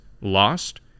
lost